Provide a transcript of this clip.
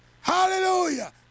Hallelujah